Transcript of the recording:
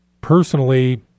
Personally